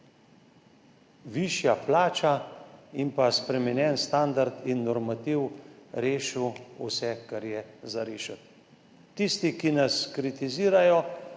višja plača in spremenjeni standard ter normativ rešili vse, kar je za rešiti. Tisti, ki nas kritizirajo,